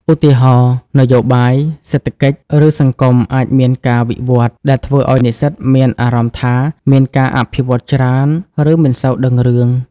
ឧទាហរណ៍ នយោបាយ សេដ្ឋកិច្ច ឬសង្គមអាចមានការវិវឌ្ឍន៍ ដែលធ្វើឱ្យនិស្សិតមានអារម្មណ៍ថាមានការអភិវឌ្ឍច្រើន ឬមិនសូវដឹងរឿង។